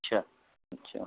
अच्छा अच्छा